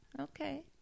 Okay